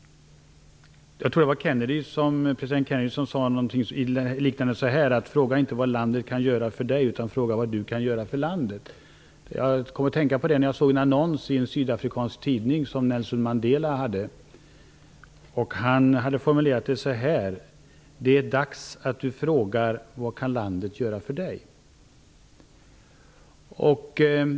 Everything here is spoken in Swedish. Jag tror att det var president Kennedy som sade något liknande detta: Fråga inte vad landet kan göra för dig; fråga vad du kan göra för landet. Jag kom att tänka på det när jag såg en annons som Han hade formulerat det så här: Det är dags att du frågar: Vad kan landet göra för dig?